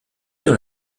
dans